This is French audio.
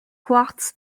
quartz